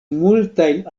multajn